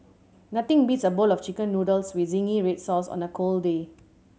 nothing beats a bowl of Chicken Noodles with zingy red sauce on a cold day